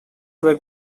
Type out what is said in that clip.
were